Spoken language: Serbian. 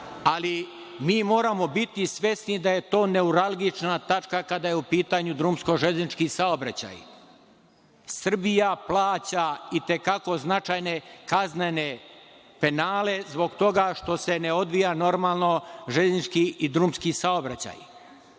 Ali, mi moramo biti svesni da je to neuralgična tačka kada je u pitanju drumsko-železnički saobraćaj. Srbija plaća i te kako značajne kaznene penale zbog toga što se ne odvija normalno železnički i drumski saobraćaj.